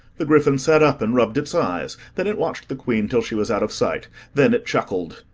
the gryphon sat up and rubbed its eyes then it watched the queen till she was out of sight then it chuckled.